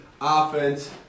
offense